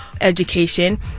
education